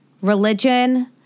religion